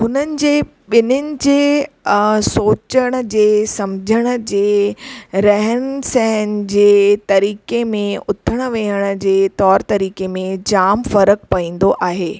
हुननि जे ॿिन्हिनि जे सोचण जे समझण जे रहन सहन जे तरीक़े में उथण विहण जे तौरु तरीक़े में जाम फ़र्क़ु पवंदो आहे